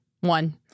One